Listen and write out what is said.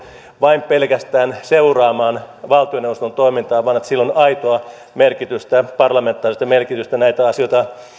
vain pelkästään seuraamaan valtioneuvoston toimintaa vaan että sillä on aitoa merkitystä parlamentaarista merkitystä näitä asioita